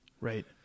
right